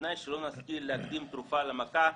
בתנאי שלא נשכיל להקדים תרופה למכה,